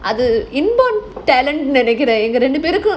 அது:adhu inborn talent நெனைக்கிறேன்:nenaikkiraen